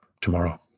tomorrow